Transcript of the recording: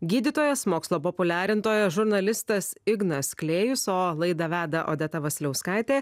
gydytojas mokslo populiarintoja žurnalistas ignas klėjus o laidą veda odeta vasiliauskaitė